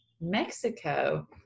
Mexico